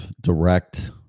direct